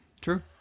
True